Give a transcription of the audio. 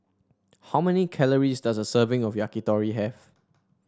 how many calories does a serving of Yakitori have